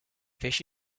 fish